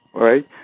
right